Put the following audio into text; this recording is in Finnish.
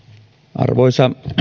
arvoisa